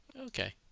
Okay